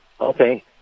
Okay